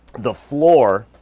the floor